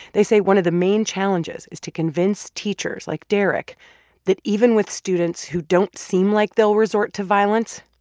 they say one of the main challenges is to convince teachers like derek that even with students who don't seem like they'll resort to violence,